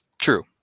True